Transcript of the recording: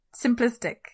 simplistic